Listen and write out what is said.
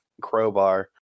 crowbar